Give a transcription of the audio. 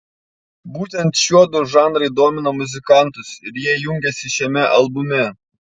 būtent šiuodu žanrai domina muzikantus ir jie jungiasi šiame albume